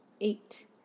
eight